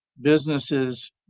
businesses